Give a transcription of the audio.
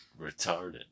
retarded